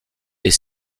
est